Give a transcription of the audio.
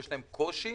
קושי,